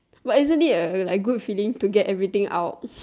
but isn't it a like good feeling to get everything out